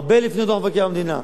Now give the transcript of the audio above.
הרבה לפני דוח מבקר המדינה.